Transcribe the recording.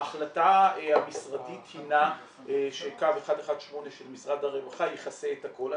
ההחלטה המשרדית הינה שקו 118 של משרד הרווחה יכסה את הכול.